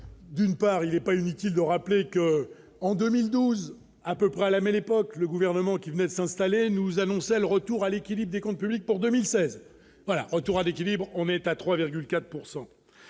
d'une part, il n'est pas inutile de rappeler que, en 2012 à peu près à la mais l'époque le gouvernement qui ne s'installer nous annonçait le retour à l'équilibre des comptes publics pour 2016 voilà, retour à l'équilibre, on est à 3,4